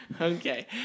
Okay